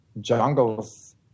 jungles